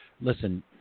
listen